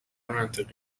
منطقی